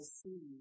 see